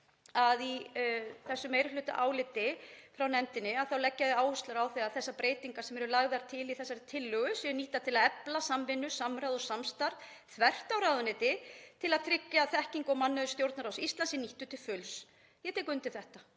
að í þessu meirihlutaáliti frá nefndinni leggja þau áherslu á það að þessar breytingar sem eru lagðar til í þessari tillögu séu nýttar til að efla samvinnu, samráð og samstarf þvert á ráðuneyti til að tryggja að þekking og mannauður Stjórnarráðs Íslands sé nýttur til fulls. Ég tek undir þetta